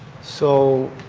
so